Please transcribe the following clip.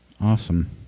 Awesome